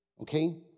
Okay